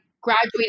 graduated